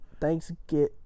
Thanksgiving